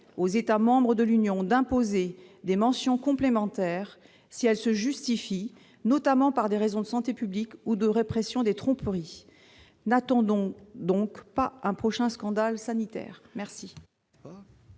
aux États membres de l'Union européenne d'imposer des mentions complémentaires, si celles-ci se justifient notamment par des raisons de santé publique ou de répression des tromperies. N'attendons pas un prochain scandale sanitaire !